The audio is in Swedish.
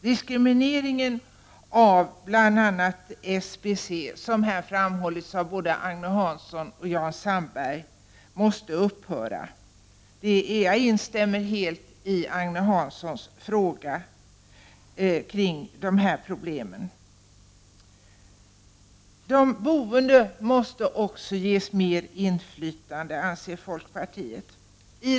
Diskrimineringen av bl.a. SBC, och detta har framhållits av både Agne Hansson och Jan Sandberg, måste upphöra. Jag instämmer helt i Agne Hanssons fråga beträffande de här problemen. De boende måste också ges ett större inflytande, anser vi i folkpartiet.